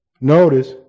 Notice